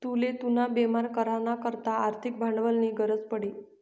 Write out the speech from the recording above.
तुले तुना बेपार करा ना करता आर्थिक भांडवलनी गरज पडी